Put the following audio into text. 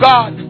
God